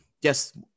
yes